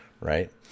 right